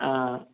ஆ